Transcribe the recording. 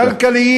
כלכליים,